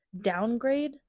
downgrade